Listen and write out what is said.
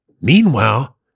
Meanwhile